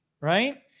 Right